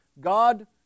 God